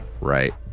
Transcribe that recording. right